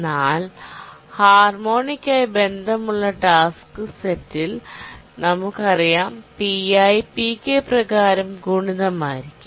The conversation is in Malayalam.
എന്നാൽ ഹാർമോണിക് ആയി ബന്ധമുള്ള ടാസ്ക് സെറ്റിൽ നമുക്ക് അറിയാം pi pk പ്രകാരം ഗുണിതം ആയിരിക്കും